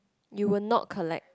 you will not collect